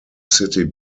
city